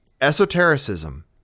esotericism